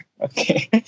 Okay